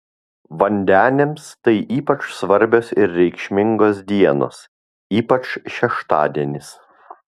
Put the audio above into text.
vandeniams tai ypač svarbios ir reikšmingos dienos ypač šeštadienis